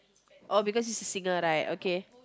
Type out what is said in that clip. oh because she's a singer right okay